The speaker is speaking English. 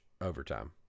overtime